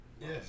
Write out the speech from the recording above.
Yes